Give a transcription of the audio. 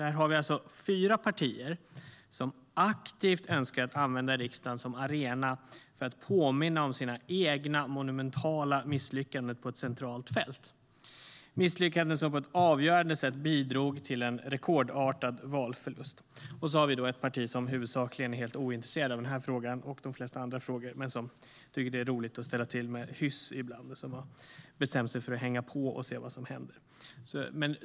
Här har vi alltså fyra partier som aktivt önskar använda riksdagen som arena för att påminna om sina egna monumentala misslyckanden på ett centralt fält - misslyckanden som på ett avgörande sätt bidrog till en rekordartad valförlust. Och så har vi ett parti som huvudsakligen är helt ointresserat av den här frågan - och de flesta andra frågor - men som tycker att det är roligt att ställa till med hyss ibland och som har bestämt sig för att hänga på och se vad som händer.